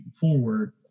forward